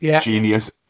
genius